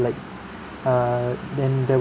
like err then there